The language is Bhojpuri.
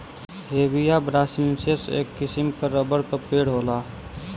हेविया ब्रासिलिएन्सिस, एक किसिम क रबर क पेड़ होला